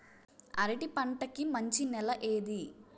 అరటి పంట కి మంచి నెల ఏది?